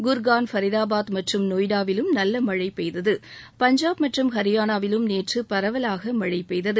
குர்கான் ஃபரிதாபாத் மற்றும் நொய்டாவிலும் நல்ல மழழ பெய்தது பஞ்சாப் மற்றும் ஹரியானாவிலும் நேற்று பரவலாக மழை பெய்தது